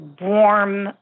warm